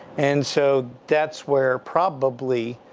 and so that's where probably,